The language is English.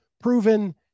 Proven